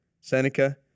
Seneca